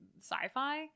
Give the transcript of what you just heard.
sci-fi